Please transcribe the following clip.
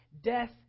Death